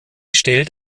stellt